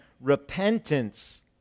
repentance